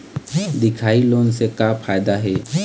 दिखाही लोन से का फायदा हे?